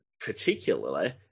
particularly